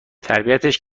تربیتش